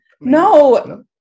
no